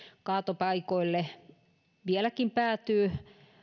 kaatopaikoille vieläkin päätyy